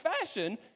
fashion